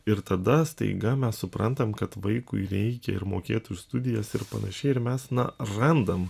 ir tada staiga mes suprantam kad vaikui reikia ir mokėt už studijas ir panašiai ir mes na randam